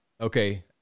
Okay